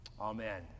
Amen